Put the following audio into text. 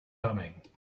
coming